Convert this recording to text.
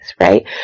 right